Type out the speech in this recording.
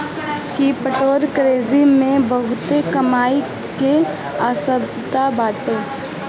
cryptocurrency मे बहुते कमाई के अवसर बाटे